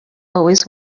always